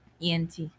ENT